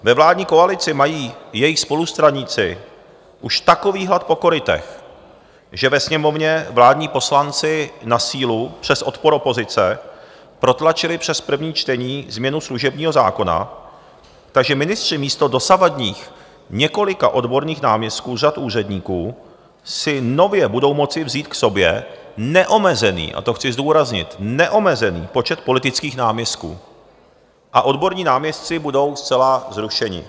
Ve vládní koalici mají jejich spolustraníci už takový hlad po korytech, že ve Sněmovně vládní poslanci na sílu, přes odpor opozice, protlačili přes první čtení změnu služebního zákona, takže ministři místo dosavadních několika odborných náměstků z řad úředníků si nově budou moci vzít k sobě neomezený a to chci zdůraznit neomezený počet politických náměstků a odborní náměstci budou zcela zrušeni.